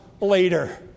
later